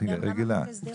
חקיקה רגילה,